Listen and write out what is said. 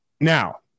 Now